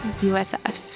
USF